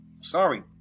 sorry